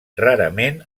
rarament